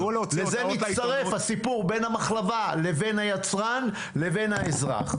לזה מצטרף הסיפור בין המחלבה לבין היצרן לבין האזרח.